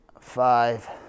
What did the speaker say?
five